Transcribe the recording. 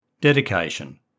Dedication